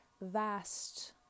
vast